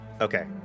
Okay